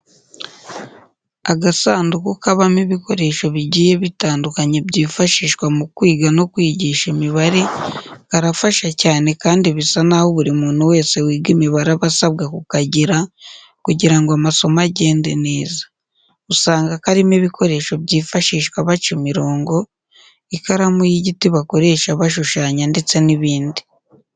Agasanduku kabamo ibikoresho bigiye bitandukanye byifashishwa mu kwiga no kwigisha imibare, karafasha cyane kandi bisa naho buri muntu wese wiga imibare aba asabwa kukagira kugira ngo amasomo agende neza. Usanga karimo ibikoresho byifashishwa baca imirongo, ikaramu y'igiti bakoresha bashushanya ndetse n'ibindi.